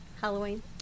Halloween